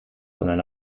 sondern